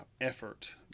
effort